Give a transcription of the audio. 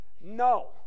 no